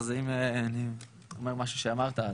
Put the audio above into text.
אז אם אני אומר משהו שאמרת,